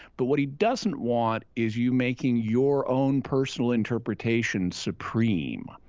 but what he doesn't want is you making your own personal interpretation supreme.